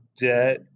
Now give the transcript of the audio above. debt